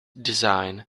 design